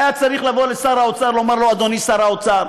היה צריך לבוא לשר האוצר ולומר לו: אדוני שר האוצר,